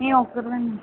మేము ఒక్కరమేనండి